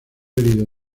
herido